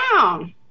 down